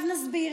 עכשיו נסביר: